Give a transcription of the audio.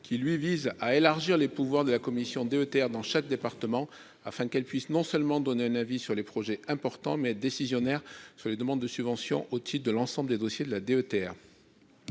qui, lui, vise à élargir les pouvoirs de la commission DETR dans chaque département afin qu'elle puisse non seulement donner un avis sur les projets importants mais décisionnaires sur les demandes de subventions au titre de l'ensemble des dossiers de la DETR.